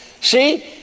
See